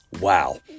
Wow